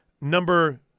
Number